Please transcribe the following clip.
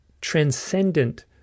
transcendent